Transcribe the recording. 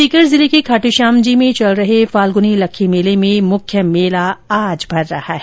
सीकर जिले के खाटूश्यामजी में भर रहे फाल्गुनी लक्खी मेले में मुख्य मेला आज भर रहा है